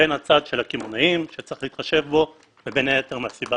בין הצד של הקמעונאים שצריך להתחשב בו ובין היתר מהסיבה